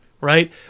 right